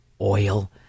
oil